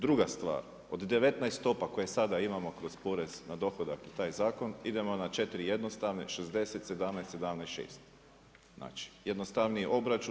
Druga stvar, od 19 stopa koje sada imamo kroz porez na dohodak i taj zakon idemo na 4 jednostavne 60, 17, 17, 6. Znači jednostavniji obračun.